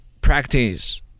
practice